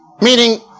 meaning